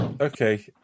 Okay